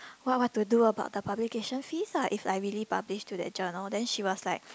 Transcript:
what what to do about the publication fees ah if I really published to that journal then she was like